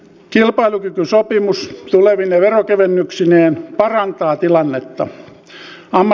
kilpailukykysopimus tulevine verokevennyksineen parantaa tilannetta